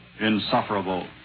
insufferable